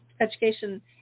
education